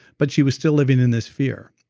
but she was still living in this fear.